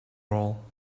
all